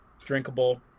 drinkable